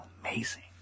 amazing